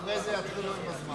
אחרי זה יגדילו לך את הזמן.